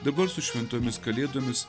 dabar su šventomis kalėdomis